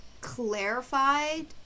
clarified